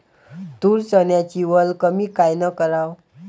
तूर, चन्याची वल कमी कायनं कराव?